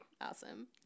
Awesome